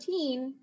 14